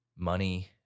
money